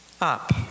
up